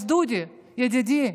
אז דודי, ידידי,